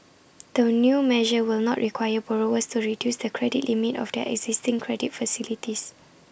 the new measure will not require borrowers to reduce the credit limit of their existing credit facilities